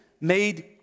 made